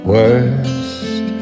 Worst